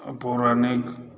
पौराणिक